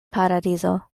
paradizo